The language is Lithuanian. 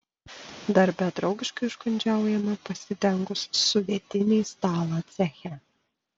darbe draugiškai užkandžiaujama pasidengus sudėtinį stalą ceche